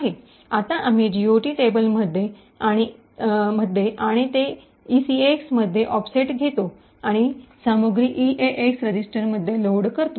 आता आम्ही जीओटी टेबलमध्ये आणि ते ईसीएक्स मध्ये ऑफसेट घेतो आणि सामग्री ईएएक्स रजिस्टरमध्ये लोड करतो